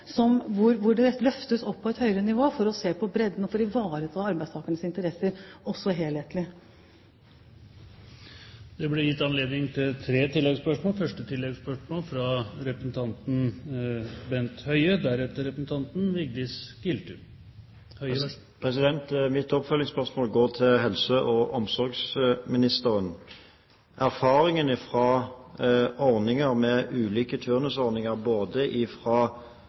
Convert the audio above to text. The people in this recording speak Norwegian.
løftes opp på et høyere nivå, for å se på bredden, for å ivareta arbeidstakernes interesser, også helhetlig. Det blir gitt anledning til tre oppfølgingsspørsmål – først representanten Bent Høie. Mitt oppfølgingsspørsmål går til helse- og omsorgsministeren. Erfaringene fra ulike turnusordninger, både